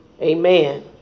Amen